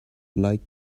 like